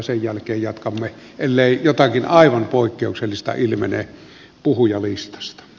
sen jälkeen jatkamme ellei jotakin aivan poikkeuksellista ilmene puhujalistasta